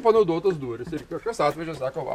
panaudotos durys ir kažkas atvežė sako va